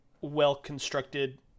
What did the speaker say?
well-constructed